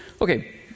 Okay